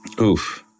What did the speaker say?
Oof